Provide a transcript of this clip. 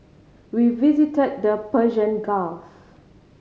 we visit the Persian Gulf